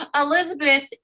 Elizabeth